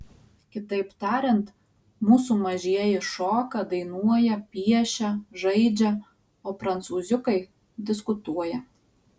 kitaip tariant mūsų mažieji šoka dainuoja piešia žaidžia o prancūziukai diskutuoja